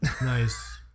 Nice